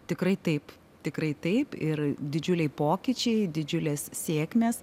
tikrai taip tikrai taip ir didžiuliai pokyčiai didžiulės sėkmės